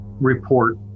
Report